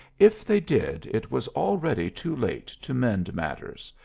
if they did, it was already too late to mend matters,